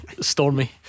Stormy